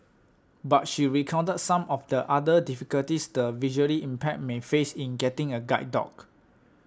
but she recounted some of the other difficulties the visually impaired may face in getting a guide dog